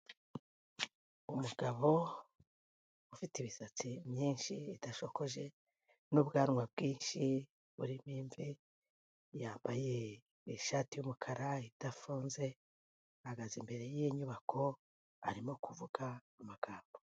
Umugabo ufite imisatsi myinshi idashokoje n'ubwanwa bwinshi burimo imvi, yambaye ishati y'umukara idafunze, ahagaze imbere y'inyubako arimo kuvuga amagambo.